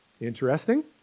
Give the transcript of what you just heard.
Interesting